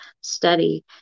study